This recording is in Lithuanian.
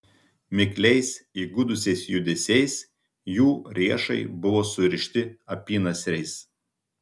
mikliais įgudusiais judesiais jų riešai buvo surišti apynasriais